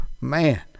man